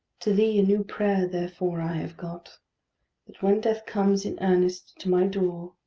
to thee a new prayer therefore i have got that, when death comes in earnest to my door,